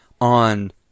on